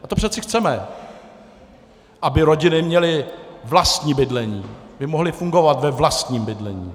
A to přece chceme, aby rodiny měly vlastní bydlení, aby mohly fungovat ve vlastním bydlení.